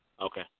Okay